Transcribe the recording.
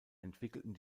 entwickelten